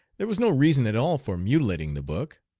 there was no reason at all for mutilating the book.